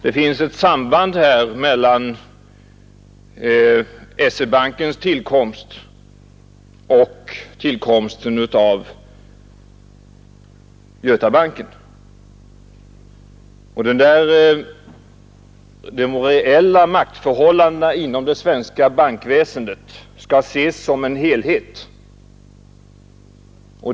Det finns ett samband mellan SE-bankens tillkomst och tillkomsten av Götabanken, och de reella maktförhållandena inom det svenska bankväsendet skall ses som en helhet.